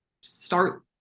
start